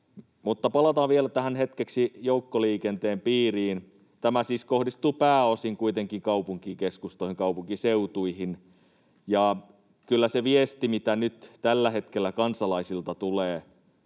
Palataan vielä hetkeksi joukkoliikenteen piiriin. Tämä siis kohdistuu pääosin kuitenkin kaupunkikeskustoihin, kaupunkiseutuihin. Kyllä se viesti, mitä nyt tällä hetkellä kansalaisilta tulee,